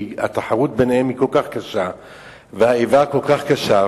כי התחרות ביניהן כל כך קשה והאיבה כל כך קשה.